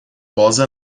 posa